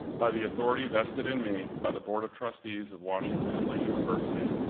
by the authority vested in me by the board of trustees of washington and lee university,